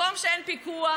מקום שאין פיקוח,